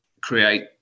create